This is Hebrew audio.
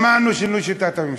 שמענו שינוי שיטת הממשלה.